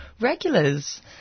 regulars